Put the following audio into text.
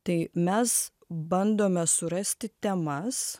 tai mes bandome surasti temas